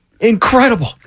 Incredible